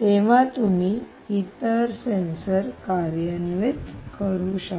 तेव्हा तुम्ही इतर सेंसर कार्यान्वित करू शकता